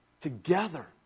together